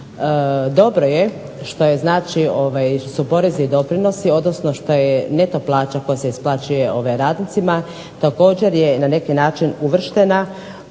dobro je što su porezni doprinosi, odnosno što je neto plaća koja se isplaćuje radnicima također je na neki način uvrštena,